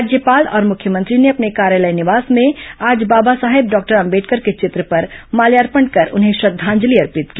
राज्यपाल और मुख्यमंत्री ने अपने निवास कार्यालय में आज बाबा साहेब डॉक्टर अंबेडकर के चित्र पर मार्ल्यापण कर उन्हें श्रद्धांजलि अर्पित की